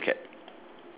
ya green cap